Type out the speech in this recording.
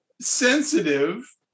sensitive